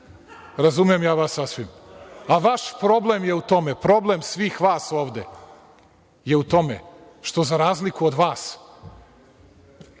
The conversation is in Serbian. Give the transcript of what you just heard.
Razumem ja vas sasvim. Vaš problem je u tome, problem svih vas ovde je u tome što, za razliku od vas,